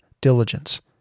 diligence